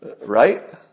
right